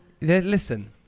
Listen